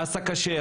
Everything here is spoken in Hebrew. אסא כשר,